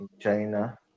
China